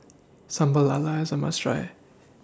Sambal Lala IS A must Try